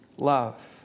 Love